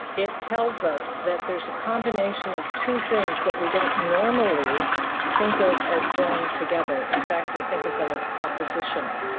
it tells us that there is a combination of two things that we don't normally normally think of as going together. in fact we think of them as oppositional.